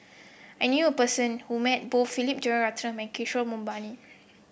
I knew a person who met both Philip Jeyaretnam Kishore Mahbubani